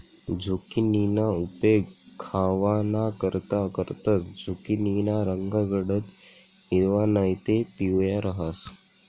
झुकिनीना उपेग खावानाकरता करतंस, झुकिनीना रंग गडद हिरवा नैते पिवया रहास